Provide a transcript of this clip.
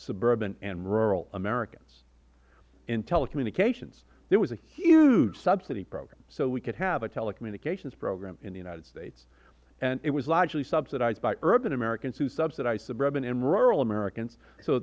suburban and rural americans in telecommunications there was a huge subsidy program so we could have a telecommunications program in the united states and it was largely subsidized by urban americans who subsidized suburban and rural americans so